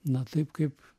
na taip kaip